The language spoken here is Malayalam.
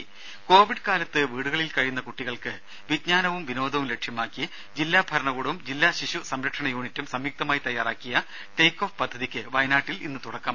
രുമ കോവിഡ് കാലത്ത് വീടുകളിൽ കഴിയുന്ന കുട്ടികൾക്ക് വിജ്ഞാനവും വിനോദവും ലക്ഷ്യമാക്കി ജില്ലാ ഭരണ കൂടവും ജില്ലാ ശിശു സംരക്ഷണ യൂണിറ്റും സംയുക്തമായി തയ്യാറാക്കിയ ടേക്ക് ഓഫ് പദ്ധതിക്ക് വയനാട്ടിൽ ഇന്ന് തുടക്കം